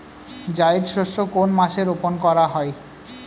জায়িদ শস্য কোন মাসে রোপণ করা হয়?